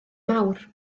mawr